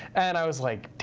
and i was like,